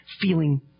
feeling